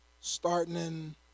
Starting